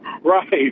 Right